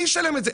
מי ישלם את זה?